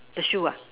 the shoe ah